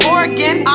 Oregon